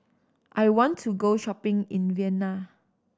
I want to go shopping in Vienna